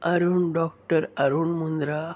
Arun doctor Arun Mandra